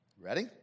Ready